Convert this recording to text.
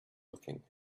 looking